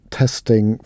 testing